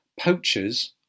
poachers